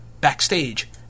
backstage